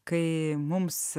kai mums